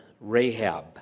Rahab